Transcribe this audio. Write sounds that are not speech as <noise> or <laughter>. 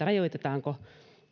<unintelligible> rajoitetaanko